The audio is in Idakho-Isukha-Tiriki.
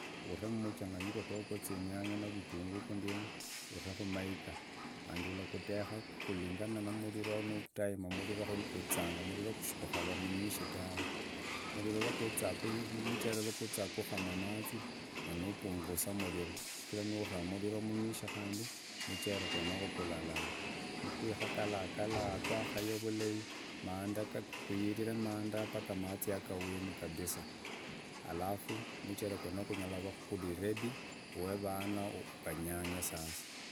Ore mchanganyiko gugwo zinyanya nindi ivitungu uta kumahiga kandi odeka karondekana nu muriru nutaima umuriru saguzizanga umuriru sigutava umwinje dave umuchere rwaguziza nigukama amatsi na nupungu umurivu shigira nutamu umuriru umwinje kandi umuchere gwenigwo gurahaka nigwakayia vulai gazizagila kuhira amanda paka amatsi gafwemu kabisa alafu umuchere gwenigu gulava gove ready ohe ovana vanyanye.